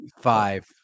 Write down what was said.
Five